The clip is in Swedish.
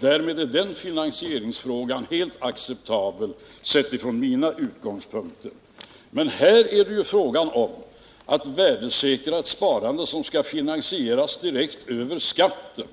Därmed är den finansicringsfrågan helt acceptabel, sett från mina utgångspunkter. Men här är det ju fråga om värdesäkrat sparande som skall finansieras direkt över skatten.